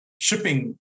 Shipping